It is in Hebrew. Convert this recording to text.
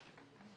לך.